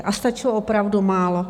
A stačilo opravdu málo.